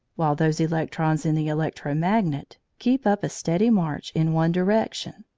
while those electrons in the electro-magnet keep up a steady march in one direction.